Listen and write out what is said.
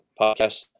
podcast